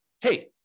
hey